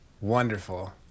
wonderful